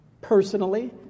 personally